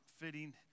fitting